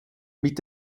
mit